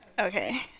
Okay